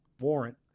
warrant